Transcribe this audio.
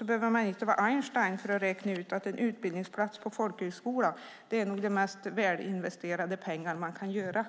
Man behöver inte vara Einstein för att räkna ut att en utbildningsplats på folkhögskola är välinvesterade pengar om man vill